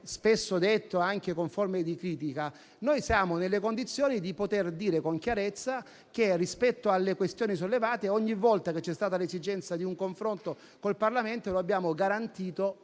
spesso detto, anche con forme di critica, noi siamo nelle condizioni di poter dire con chiarezza che, rispetto alle questioni sollevate, ogni volta che c'è stata l'esigenza di un confronto con il Parlamento, lo abbiamo garantito